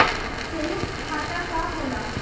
सयुक्त खाता का होला?